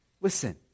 Listen